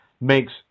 makes